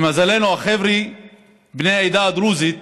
למזלנו, החבר'ה בני העדה הדרוזית,